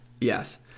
Yes